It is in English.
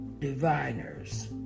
diviners